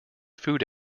food